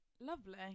Lovely